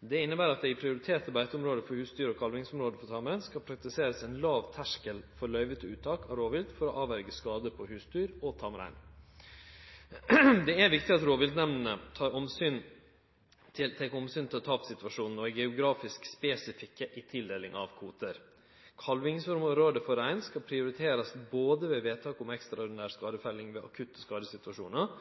Dette inneber at det i prioriterte beiteområde for husdyr og kalvingsområde for tamrein skal praktiserast ein låg terskel for løyve til uttak av rovvilt for å hindre skade på husdyr og tamrein. Det er viktig at rovviltnemndene tek omsyn til tapssituasjonen og er geografisk spesifikke i tildelinga av kvotar. Kalvingsområde for rein skal prioriterast både ved vedtak om ekstraordinær skadefelling ved akutte skadesituasjonar